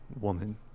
woman